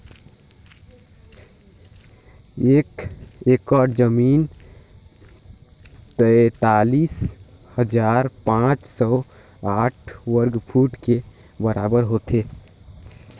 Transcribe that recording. एक एकड़ जमीन तैंतालीस हजार पांच सौ साठ वर्ग फुट के बराबर होथे